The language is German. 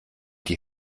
die